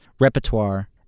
repertoire